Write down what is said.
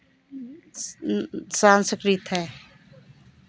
संस्कृति है